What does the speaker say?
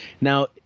Now